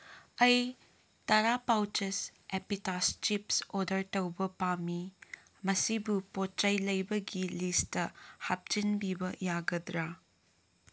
ꯑꯩ ꯇꯔꯥ ꯄꯥꯎꯆꯁ ꯑꯦꯄꯤꯇꯥꯁ ꯆꯤꯞꯁ ꯑꯣꯔꯗꯔ ꯇꯧꯕ ꯄꯥꯝꯃꯤ ꯃꯁꯤꯕꯨ ꯄꯣꯠ ꯆꯩ ꯂꯩꯕꯒꯤ ꯂꯤꯁꯇ ꯍꯥꯞꯆꯤꯟꯕꯤꯕ ꯌꯥꯒꯗ꯭ꯔꯥ